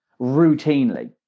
routinely